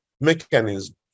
mechanism